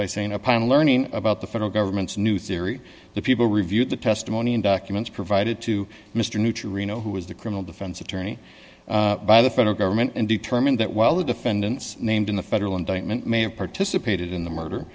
by saying upon learning about the federal government's new theory the people reviewed the testimony in documents provided to mr neutrino who is the criminal defense attorney by the federal government and determined that while the defendants named in the federal indictment may have participated in the murder